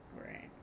Right